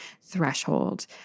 threshold